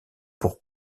pour